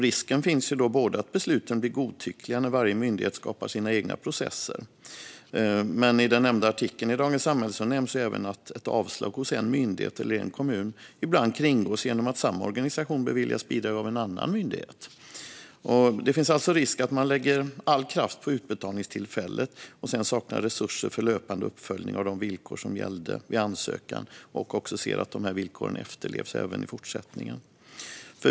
Risken finns att besluten blir godtyckliga när varje myndighet skapar sina egna processer, och i den nämnda artikeln i Dagens Samhälle nämns även att ett avslag hos en myndighet eller en kommun ibland kringgås genom att samma organisation beviljas bidrag av en annan myndighet. Det finns alltså en risk att man lägger all kraft på utbetalningstillfället och sedan saknar resurser för löpande uppföljning av att de villkor som gällde vid ansökan efterlevs i fortsättningen.